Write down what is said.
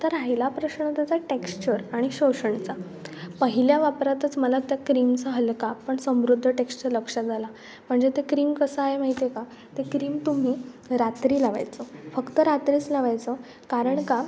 तर राहिला प्रश्न त्याचा टेक्स्चर आणि शोषणचा पहिल्या वापरातच मला त्या क्रीमचा हलका पण समृद्ध टेक्स्चर लक्षात आला म्हणजे ते क्रीम कसं आहे माहिती आहे का ते क्रीम तुम्ही रात्री लावायचं फक्त रात्रीच लावायचं कारण का